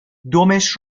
دمش